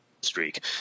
streak